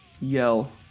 yell